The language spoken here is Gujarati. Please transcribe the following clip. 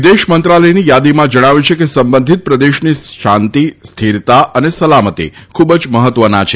વિદેશ મંત્રાલયની યાદીમાં જણાવ્યું છે કે સંબંધિત પ્રદેશની શાંતિ સ્થિરતા અને સલામતી ખૂબ જ મહત્વના છે